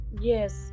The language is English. Yes